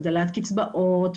הגדלת קצבאות,